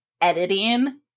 editing